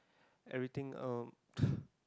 everything um